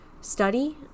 study